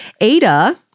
Ada